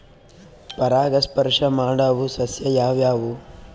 ಪರಾಗಸ್ಪರ್ಶ ಮಾಡಾವು ಸಸ್ಯ ಯಾವ್ಯಾವು?